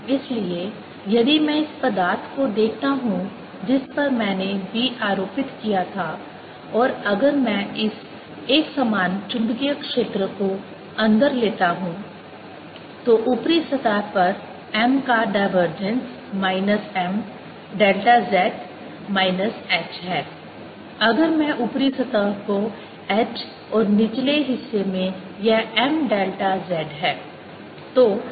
इसलिए यदि मैं इस पदार्थ को देखता हूं जिस पर मैंने B आरोपित किया था और अगर मैं इस एकसमान चुंबकीय क्षेत्र को अंदर लेता हूं तो ऊपरी सतह पर m का डाइवर्जेंस माइनस m डेल्टा z माइनस h है अगर मैं ऊपरी सतह को h और निचले हिस्से में यह m डेल्टा z है